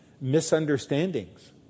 misunderstandings